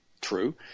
True